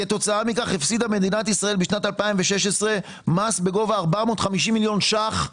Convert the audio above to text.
כתוצאה מכך הפסידה מדינת ישראל בשנת 2016 מס בגובה 450 מיליון ש"ח.